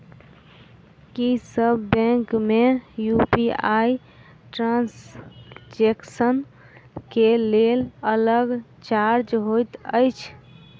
की सब बैंक मे UPI transaction केँ लेल अलग चार्ज होइत अछि?